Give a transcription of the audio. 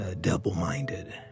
double-minded